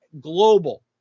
global